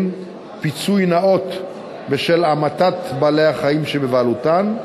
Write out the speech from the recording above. פיצוי נאות בשל המתת בעלי-החיים שבבעלותם,